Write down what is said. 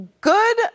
Good